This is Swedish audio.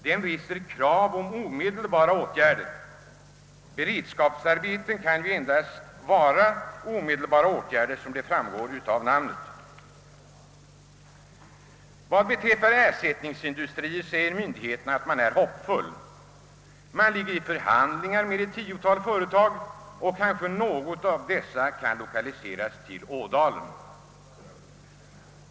Den reser krav på omedelbara åtgärder, och beredskapsarbete skall ju — såsom framgår av namnet — just vara omedelbara åtgärder. Vad beträffar ersättningsindustrier säger sig myndigheterna vara hoppfulla. De ligger i förhandlingar med ett tiotal företag, och kanske något av dessa kan lokaliseras till Ådalen.